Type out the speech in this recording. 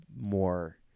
more